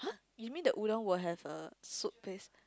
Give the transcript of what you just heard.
you mean the udon will have a soup base